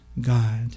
God